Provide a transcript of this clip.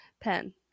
Pen